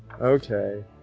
okay